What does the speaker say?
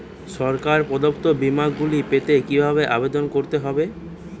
সরকার প্রদত্ত বিমা গুলি পেতে কিভাবে আবেদন করতে হবে?